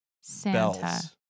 Santa